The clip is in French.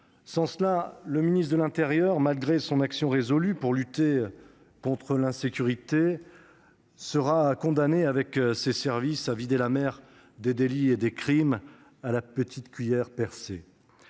Sans cela, le ministre de l'intérieur, malgré son action résolue pour lutter contre l'insécurité, sera condamné, avec ses services, à vider la mer des délits et des crimes avec une petite cuillère percée.